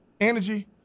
energy –